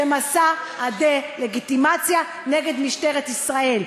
זה מסע הדה-לגיטימציה של משטרת ישראל.